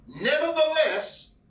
Nevertheless